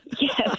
yes